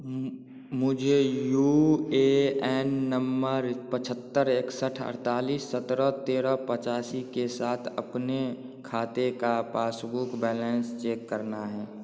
मुझे U A N number पचहत्तर इकसठ अड़तालीस सत्रह तेरह पचासी के साथ अपने खाते का पासबुक बैलेंस चेक करना है